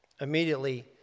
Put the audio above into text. Immediately